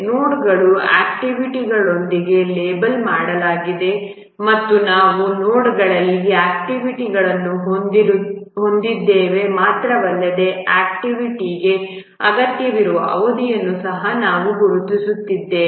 ನೋಡ್ಗಳನ್ನು ಆಕ್ಟಿವಿಟಿಗಳೊಂದಿಗೆ ಲೇಬಲ್ ಮಾಡಲಾಗಿದೆ ಮತ್ತು ನಾವು ನೋಡ್ಗಳಲ್ಲಿ ಆಕ್ಟಿವಿಟಿಗಳನ್ನು ಹೊಂದಿದ್ದೇವೆ ಮಾತ್ರವಲ್ಲದೆ ಆಕ್ಟಿವಿಟಿಗೆ ಅಗತ್ಯವಿರುವ ಅವಧಿಯನ್ನು ಸಹ ನಾವು ಗುರುತಿಸಿದ್ದೇವೆ